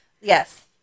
Yes